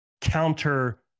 counter